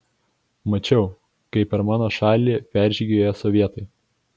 mačiau kaip per mano šalį peržygiuoja sovietai